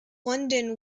london